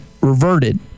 reverted